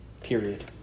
Period